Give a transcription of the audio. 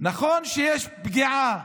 נכון שיש פגיעה